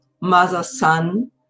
mother-son